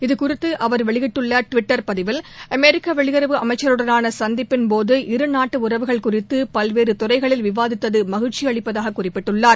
இதுகுறித்து அவர் வெளியிட்டுள்ள டுவிட்டர் பதிவில் அமெரிக்க வெளியுறவு அமைச்சருடனான சந்திப்பின்போது இருநாட்டு உறவுகள் குறித்து பல்வேறு துறைகளில் விவாதித்தது மகிழ்ச்சிய அளிப்பதாக குறிப்பிட்டுள்ளார்